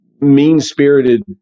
mean-spirited